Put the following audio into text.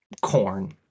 corn